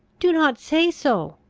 do not say so!